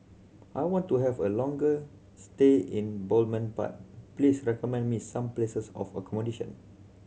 I want to have a longer stay in Belmopan please recommend me some places of accommodation